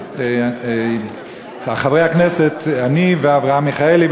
חברי הכנסת אברהם מיכאלי,